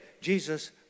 Jesus